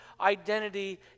identity